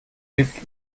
wickelt